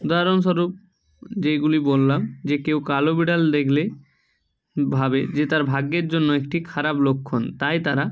উদাহরনস্বরূপ যেইগুলি বললাম যে কেউ কালো বিড়াল দেখলে ভাবে যে তার ভাগ্যের জন্য একটি খারাপ লক্ষণ তাই তারা